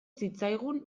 zitzaigun